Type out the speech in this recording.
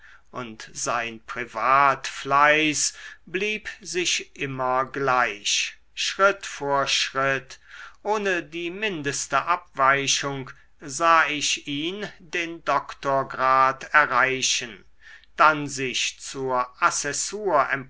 und sein privatfleiß blieb sich immer gleich schritt vor schritt ohne die mindeste abweichung sah ich ihn den doktorgrad erreichen dann sich zur